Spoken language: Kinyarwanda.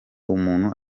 umuntu